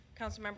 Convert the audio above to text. Councilmember